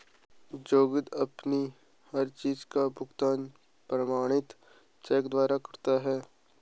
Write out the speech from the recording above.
जोगिंदर अपनी हर चीज का भुगतान प्रमाणित चेक द्वारा करता है